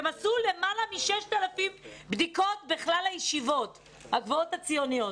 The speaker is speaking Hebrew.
הם עשו למעלה מ-6,000 בדיקות בכלל הישיבות הציוניות.